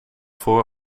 voor